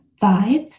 five